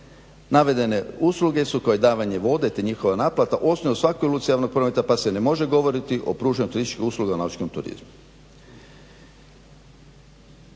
Navedene usluge su kao i davanje vode te njihova naplata … /Govornik se ne razumije zbog brzog čitanja./ … pa se ne može govoriti o pružanju turističkih usluga u nautičkom turizmu.